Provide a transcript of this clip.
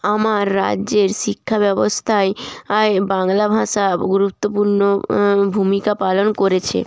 আমার রাজ্যের শিক্ষা ব্যবস্থায় বাংলা ভাষা গুরুত্বপূর্ণ ভূমিকা পালন করেছে